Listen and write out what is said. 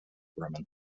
bremen